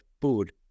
food